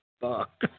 fuck